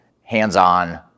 hands-on